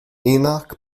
enoch